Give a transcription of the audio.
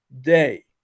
day